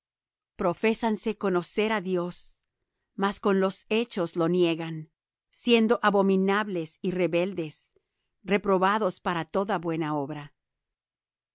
contaminadas profésanse conocer á dios mas con los hechos lo niegan siendo abominables y rebeldes reprobados para toda buena obra